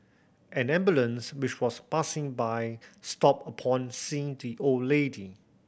an ambulance which was passing by stopped upon seeing the old lady